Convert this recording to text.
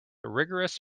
rigorous